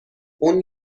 اون